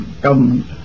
government